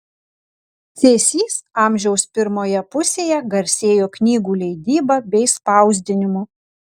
cėsys amžiaus pirmoje pusėje garsėjo knygų leidyba bei spausdinimu